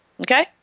Okay